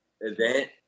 event